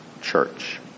church